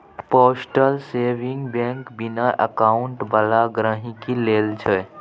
postal saving bank बिना account बला गहिंकी लेल छै